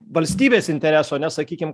valstybės intereso ne sakykim